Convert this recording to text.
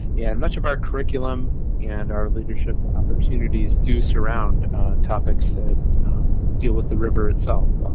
yeah and much of our curriculum and our leadership opportunities do surround topics that deal with the river itself.